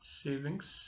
savings